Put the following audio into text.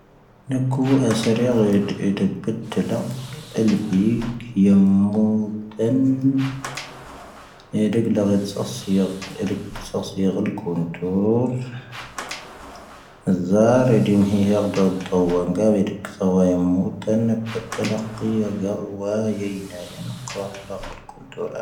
ⵏⴰⴽⵓ ⴰⵙⴰⵔⵉⵢⴰ ⴰⴷⵉⴱ ⴰⴷⵉⵍⴰⴽ ⴰⵍⴱⵉⴽ ⵢⴰⵎⵎoⵓⵜⴰⵏ ⴰⴷⵉⵍⴰⴳⴰⴷ ⵙⴰⵙⵢⴰⵇ ⴰⵍⵉⴽ ⵙⴰⵙⵢⴰⵇ ⴰⵍ ⴽⵓⵏⵜⵓⵔ. ⴰⵣ ⵣⴰⵀⴰⵔⴰⴷⵉⵎ ⵀⵉⵢⴰⴷⴰⴷ ⴷⴰⵡⴰⴳⴰ ⴰⴷⵉⵍⴰⴽ ⵙⴰⵡⴰ ⵢⴰⵎⵎoⵓⵜⴰⵏ ⴰⴷⵉⵍⴰⴽ ⵢⴰⴳⴰⵡⴰ ⵢⴰⵢⵏⴰ ⵢⴰⵏⴰⵇⵔⴰⴼ ⵔⴰⴽⵀ ⴰⵍ ⴽⵓⵏⵜⵓⵔ.